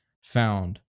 found